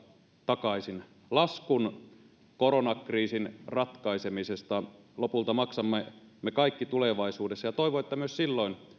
takaisin laskun koronakriisin ratkaisemisesta maksamme lopulta me kaikki tulevaisuudessa ja toivon että myös silloin